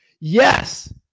Yes